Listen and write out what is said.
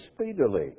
speedily